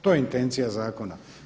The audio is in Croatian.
To je intencija zakona.